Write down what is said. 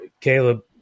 Caleb